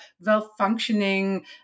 well-functioning